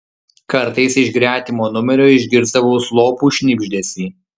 kartais iš gretimo numerio išgirsdavau slopų šnibždesį